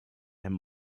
and